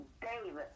David